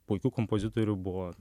puikių kompozitorių buvo